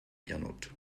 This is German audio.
gernot